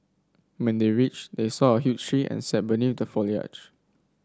when they reached they saw a huge tree and sat beneath the foliage